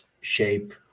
shape